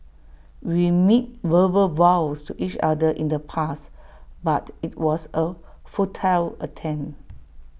we made verbal vows to each other in the past but IT was A futile attempt